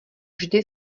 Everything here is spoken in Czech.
vždy